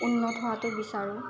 উন্নত হোৱাটো বিচাৰোঁ